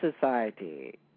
society